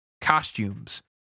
costumes